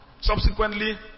Subsequently